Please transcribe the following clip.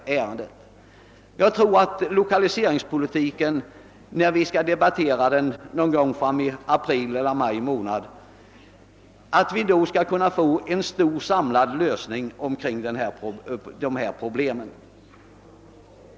När vi samlas för att diskutera lokaliseringspolitiken någon gång i april eller maj bör vi kunna få en stor och sammanhållen lösning av dessa problem.